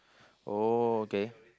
oh okay